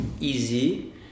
easy